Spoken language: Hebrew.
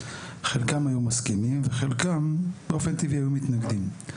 חלקם היו מסכימים וחלקם באופן טבעי היו מתנגדים.